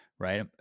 right